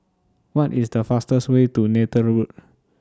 What IS The fastest Way to Neythal Road